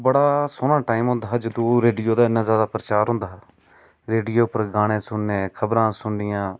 बढ़ा सोह्ना टैम होंदा हा जदूं प्रचार होंदा हा रेडियो उप्पर गाने सूनने खबरां सूननियां